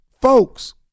Folks